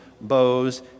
bows